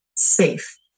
Safe